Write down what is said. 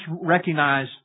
recognize